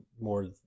more